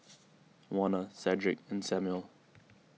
Warner Cedrick and Samuel